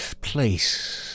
place